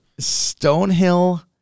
Stonehill